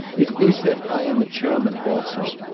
it iss that i am a german, also.